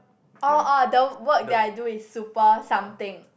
oh oh the work that I do is super something